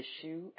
issue